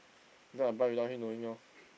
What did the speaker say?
later I buy without him knowing lor